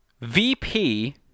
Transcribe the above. VP